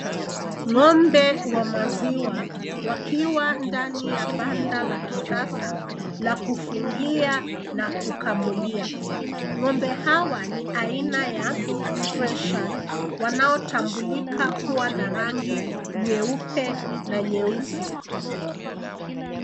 Ngombe wa maziwa wakiwa ndani ya ,banda la kisasa la kufungia , na kukamulia. Ngombe hawa ni aina ya freshian wanaotambulika kuwa na rangi nyeupe na nyeusi.